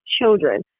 children